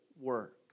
work